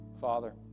Father